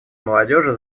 молодежи